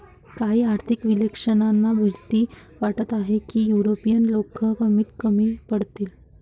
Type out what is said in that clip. काही आर्थिक विश्लेषकांना भीती वाटत होती की युरोपीय लोक किमतीत कमी पडतील